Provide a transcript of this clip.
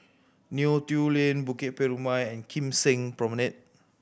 Neo Tiew Lane Bukit Purmei and Kim Seng Promenade